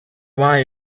why